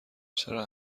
چرا